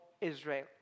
Israel